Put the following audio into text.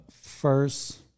first